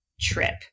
trip